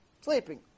sleeping